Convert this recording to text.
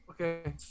Okay